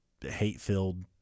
hate-filled